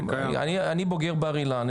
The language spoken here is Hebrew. אני בוגר בר אילן.